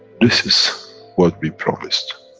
this is what we promised,